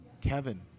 Kevin